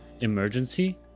emergency